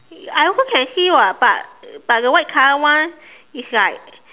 I also can see [what] but but the white color one is like